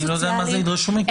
אני לא יודע מה זה ידרשו מכם.